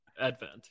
advent